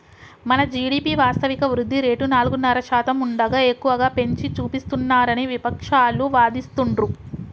మన జీ.డి.పి వాస్తవిక వృద్ధి రేటు నాలుగున్నర శాతం ఉండగా ఎక్కువగా పెంచి చూపిస్తున్నారని విపక్షాలు వాదిస్తుండ్రు